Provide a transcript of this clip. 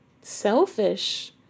selfish